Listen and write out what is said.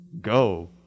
go